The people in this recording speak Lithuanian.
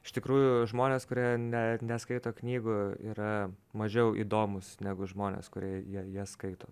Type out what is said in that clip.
iš tikrųjų žmonės kurie ne neskaito knygų yra mažiau įdomūs negu žmonės kurie ja jas skaito